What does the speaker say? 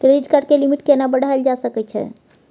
Credit card के limit केना बढायल जा सकै छै?